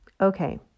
Okay